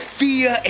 fear